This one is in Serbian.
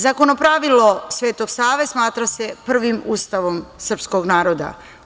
Zakonopravilo“ Svetog Save smatra se prvim Ustavom srpskog naroda.